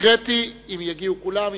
אם יגיעו כולם,